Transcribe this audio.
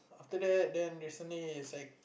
after that then recently it's like